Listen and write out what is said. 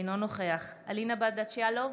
אינו נוכח אלינה ברדץ' יאלוב,